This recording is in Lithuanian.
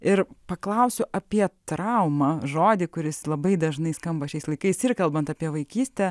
ir paklausiu apie traumą žodį kuris labai dažnai skamba šiais laikais ir kalbant apie vaikystę